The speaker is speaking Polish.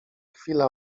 chwilę